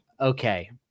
Okay